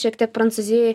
šiek tiek prancūzijoj